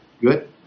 good